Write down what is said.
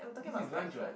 this is lunch [what]